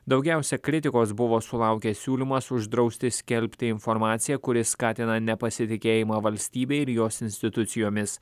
daugiausia kritikos buvo sulaukęs siūlymas uždrausti skelbti informaciją kuri skatina nepasitikėjimą valstybe ir jos institucijomis